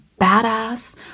badass